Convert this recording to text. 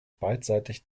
beidseitig